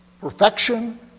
perfection